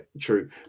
true